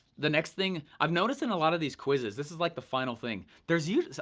the next thing, i've noticed in a lot of these quizzes, this is like the final thing, there's usually,